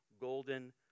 golden